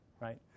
right